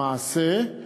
למעשה,